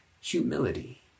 humility